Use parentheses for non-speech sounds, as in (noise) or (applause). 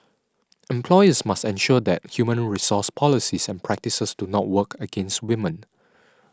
(noise) employers must ensure that human resource policies and practices do not work against women